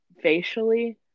Facially